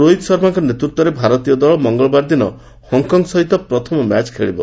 ରୋହିତ ଶର୍ମାଙ୍କ ନେତୃତ୍ୱରେ ଭାରତୀୟ ଦଳ ମଙ୍ଗଳବାର ଦିନ ହଂକଂ ସହିତ ପ୍ରଥମ ମ୍ୟାଚ୍ ଖେଳିବ